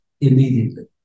immediately